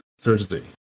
Thursday